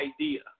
idea